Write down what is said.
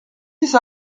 six